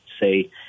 say